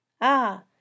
Ah